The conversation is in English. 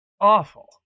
awful